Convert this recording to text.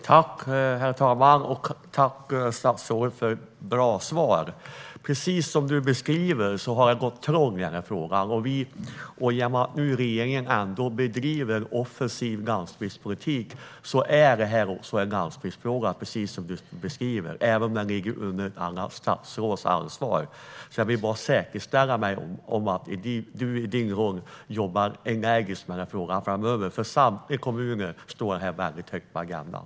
Herr talman! Tack, statsrådet, för bra svar! Precis som du beskriver har det gått troll i frågan. Eftersom regeringen bedriver en offensiv landsbygdspolitik vill jag framhålla att detta också är en landsbygdsfråga, som du säger, även om den faller under ett annat statsråds ansvar. Jag vill bara försäkra mig om att du i din roll arbetar energiskt med frågan framöver. För samtliga kommuner står detta väldigt högt på agendan.